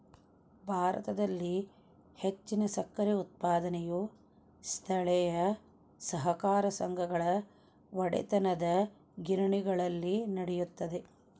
ಭಾರತದಲ್ಲಿ ಹೆಚ್ಚಿನ ಸಕ್ಕರೆ ಉತ್ಪಾದನೆಯು ಸ್ಥಳೇಯ ಸಹಕಾರ ಸಂಘಗಳ ಒಡೆತನದಗಿರಣಿಗಳಲ್ಲಿ ನಡೆಯುತ್ತದೆ